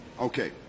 Okay